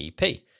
EP